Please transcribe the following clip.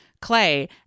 Clay